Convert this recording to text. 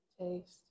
taste